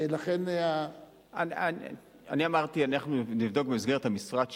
אני אמרתי, אנחנו נבדוק במסגרת המשרד שלנו,